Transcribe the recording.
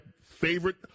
favorite